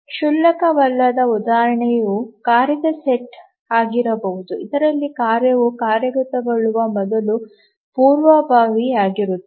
ಕ್ಷುಲ್ಲಕವಲ್ಲದ ಉದಾಹರಣೆಯು ಕಾರ್ಯದ ಸೆಟ್ ಆಗಿರಬಹುದು ಇದರಲ್ಲಿ ಕಾರ್ಯವು ಪೂರ್ಣಗೊಳ್ಳುವ ಮೊದಲು ಪೂರ್ವಭಾವಿಯಾಗಿರುತ್ತದೆ